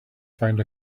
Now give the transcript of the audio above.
find